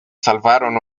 salvaron